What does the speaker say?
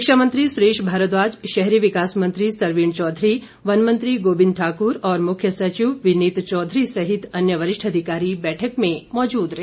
शिक्षा मंत्री सुरेश भारद्वाज शहरी विकास मंत्री सरवीण चौधरी वन मंत्री गोबिंद ठाकुर और मुख्य सचिव विनित चौधरी सहित अन्य वरिष्ठ अधिकारी बैठक में मौजूद रहे